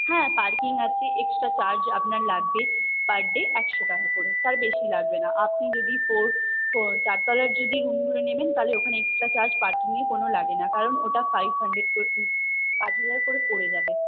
হ্যাঁ পার্কিং আছে extra charge আপনার লাগবে পার ডে একশো টাকা করে তার বেশি লাগবে না আপনি যদি ফোর্থ চারতলার যদি রুমগুলো নেবেন তাহলে ওখানে এক্সট্রা চার্জ পার্কিংয়ের কোনো লাগে না কারণ ওটা ফাইভ হান্ড্রেড পাঁচ হাজার করে পড়ে যাবে